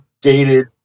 dated